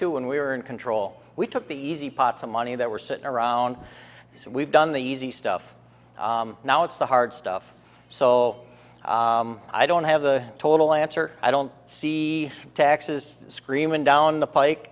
too when we were in control we took the easy pots of money that were sitting around so we've done the easy stuff now it's the hard stuff so i don't have a total answer i don't see taxes screaming down the pike